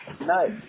Nice